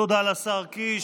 תודה לשר קיש.